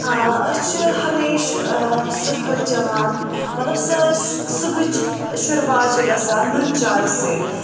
ہا أسۍ چھِ ہَمیشہِ آ صُبحٲے چٮ۪وان مطلب سٲنۍ صُبحٕچ شروٗعات چھِ گَژھان نُن چاے سۭتۍ